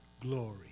glory